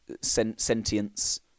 sentience